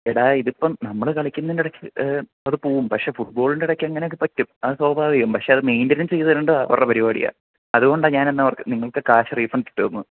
എടാ ഇതിപ്പം നമ്മൾ കളിക്കുന്നതിനിടക്ക് അത് പൂവും പക്ഷേ ഫുട്ബോളിന്റെ ഇടക്ക് എങ്ങനെയത് പറ്റും അത് സ്വാഭാവികം പക്ഷേ അത് മേയ്ൻറ്റനെൻസ്സ് ചെയ്ത് തരേണ്ടത് അവരുടെ പരിപാടിയാണ് അത് കൊണ്ടാണ് ഞാൻ അന്നവർക്ക് നിങ്ങൾക്ക് കാശ് റീഫണ്ടിട്ട് തന്നത്